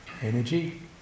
energy